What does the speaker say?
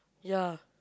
ya